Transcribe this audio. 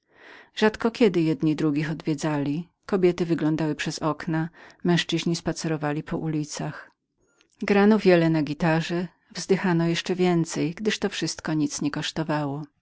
rzadko kiedy jedni drugich odwiedzali kobiety nie wyglądały przez okna męzczyzni nie zatrzymywali się na ulicach grano wiele na gitarze wzdychano jeszcze więcej gdyż to wszystko nic nie kosztowało